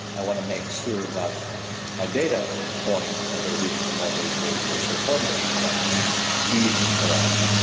i want to make sure that my data point over which the model will will perform the inference is correct.